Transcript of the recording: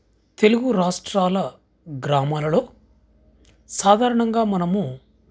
తెలుగు రాష్ట్రాల గ్రామాలలో సాధారణంగా మనము